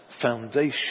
foundation